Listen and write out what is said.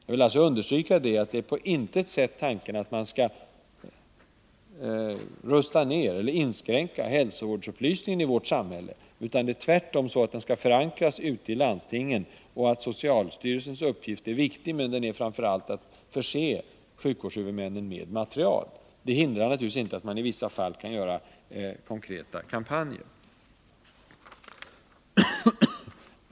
Jag vill alltså understryka att tanken på intet sätt är att man skall inskränka hälsovårdsupplysningen i vårt samhälle — tvärtom skall den förankras i landstingen. Socialstyrelsens uppgift är viktig, men framför allt skall socialstyrelsen förse sjukvårdshuvudmännen med material. Det hindrar naturligtvis inte att man i vissa fall kan gå ut med rikskampanjer.